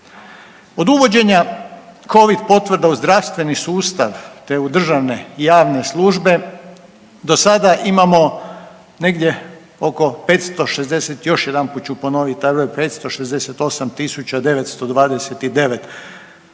Od uvođenja covid potvrda u zdravstveni sustav te u državne i javne službe do sada imamo negdje oko 560, još jedanput ću ponovit … 568.929